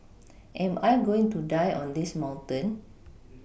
am I going to die on this mountain